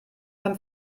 beim